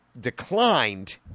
declined